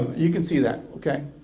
you can see that,